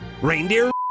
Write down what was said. Reindeer